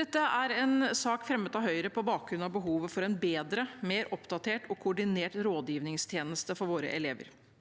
Dette er en sak fremmet av Høyre på bakgrunn av behovet for en bedre, mer oppdatert og koordinert rådgivningstjeneste for våre elever